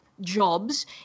jobs